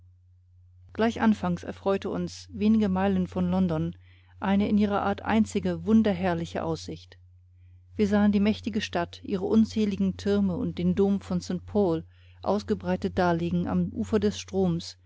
gleich anfangs erfreute uns wenige meilen von london eine in ihrer art einzige wunderherrliche aussicht wir sahen die mächtige stadt ihre unzähligen türme und den dom von st paul ausgebreitet daliegen am ufer des stroms